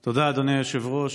תודה, אדוני היושב-ראש.